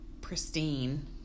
pristine